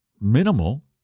minimal